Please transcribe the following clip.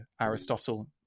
Aristotle